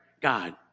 god